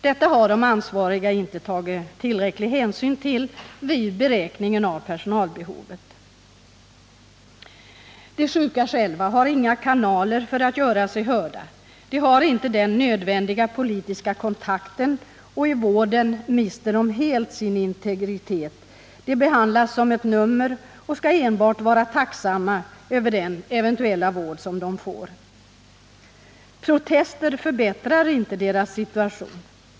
Detta har de ansvariga inte tagit tillräcklig hänsyn till vid beräkningen av personalbehovet. De sjuka själva har inga kanaler för att göra sig hörda. De har inte den nödvändiga politiska kontakten, och i vården mister de helt sin integritet; de behandlas som nummer och skall enbart vara tacksamma över den eventuella vård de får. Protester förbättrar inte deras situation.